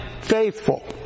Faithful